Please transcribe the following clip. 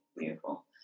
beautiful